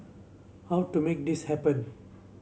how to make this happen